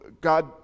God